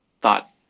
thought